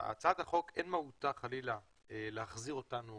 אין מהותה של הצעת החוק חלילה להחזיר אותנו